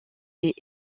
est